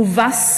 מובס,